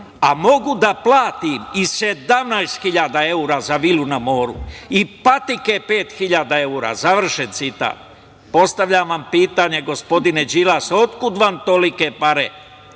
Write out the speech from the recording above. a mogu da platim i 17.000 evra za vilu na moru i patike 5.000 evra", završen citat? Postavljam vam pitanje, gospodine Đilas, otkud vam tolike pare,